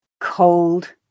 Cold